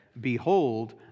Behold